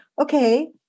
okay